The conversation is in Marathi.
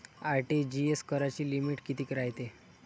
आर.टी.जी.एस कराची लिमिट कितीक रायते?